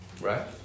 Right